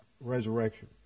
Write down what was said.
resurrection